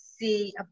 see